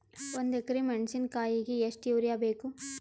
ಒಂದ್ ಎಕರಿ ಮೆಣಸಿಕಾಯಿಗಿ ಎಷ್ಟ ಯೂರಿಯಬೇಕು?